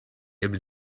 able